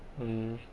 mmhmm